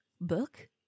book